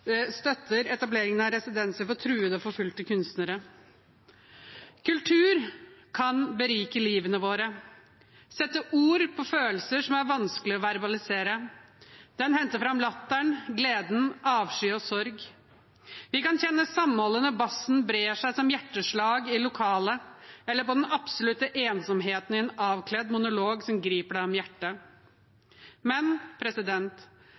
kunstnere. Kultur kan berike livet vårt og sette ord på følelser som er vanskelige å verbalisere. Den henter fram latter, glede, avsky og sorg. Vi kan kjenne samholdet når bassen brer seg som hjerteslag i lokalet, eller på den absolutte ensomheten i en avkledd monolog som griper en om hjertet. Men